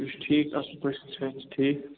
تُہۍ چھُو ٹھیٖک اَصٕل پٲٹھۍ صحت چھُ ٹھیٖک